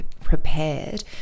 prepared